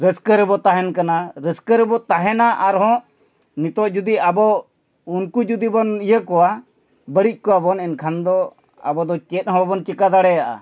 ᱨᱟᱹᱥᱠᱟᱹ ᱨᱮᱵᱚᱱ ᱛᱟᱦᱮᱱ ᱠᱟᱱᱟ ᱨᱟᱹᱥᱠᱟᱹ ᱨᱮᱵᱚᱱ ᱛᱟᱦᱮᱱᱟ ᱟᱨᱦᱚᱸ ᱱᱤᱛᱳᱜ ᱡᱩᱫᱤ ᱟᱵᱚ ᱩᱱᱠᱩ ᱡᱩᱫᱤ ᱵᱚᱱ ᱤᱭᱟᱹ ᱠᱚᱣᱟ ᱵᱟᱹᱲᱤᱡ ᱠᱚᱣᱟᱵᱚᱱ ᱮᱱᱠᱷᱟᱱ ᱫᱚ ᱟᱵᱚ ᱫᱚ ᱪᱮᱫ ᱦᱚᱸ ᱵᱟᱵᱚᱱ ᱪᱤᱠᱟᱹ ᱫᱟᱲᱮᱭᱟᱜᱼᱟ